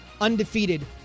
undefeated